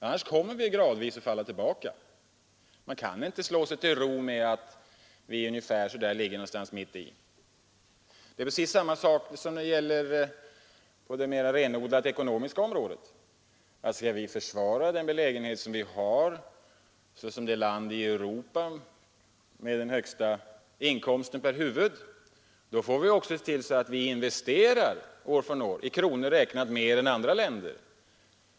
Annars kommer vi gradvis att falla tillbaka. Man kan inte slå sig till ro med att vi ligger ungefär mitt i. Det är precis samma sak som när det gäller det mera renodlat ekonomiska området. Skall vi försvara den belägenhet som vi har såsom det land i Europa som har den högsta inkomsten per huvud, då får vi också se till att vi år från år investerar i kronor räknat mer än andra länder.